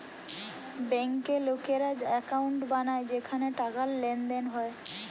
বেঙ্কে লোকেরা একাউন্ট বানায় যেখানে টাকার লেনদেন হয়